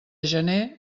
gener